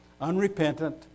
unrepentant